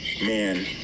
man